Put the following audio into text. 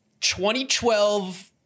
2012